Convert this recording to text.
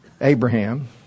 Abraham